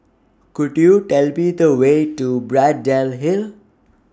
Could YOU Tell Me The Way to Braddell Hill